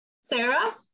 Sarah